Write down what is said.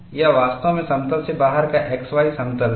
यह वास्तव में समतल से बाहर का xy समतल है